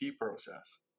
process